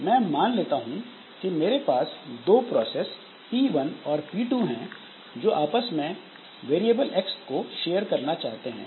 मैं मान लेता हूं कि मेरे पास दो प्रोसेस P1 और P2 हैं जो आपस में वेरिएबल एक्स को शेयर करना चाहते हैं